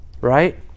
right